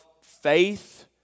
faith